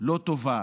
לא טובה,